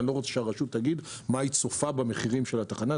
אני לא רוצה שהרשות תגיד מה היא צופה במחירים של התחנה.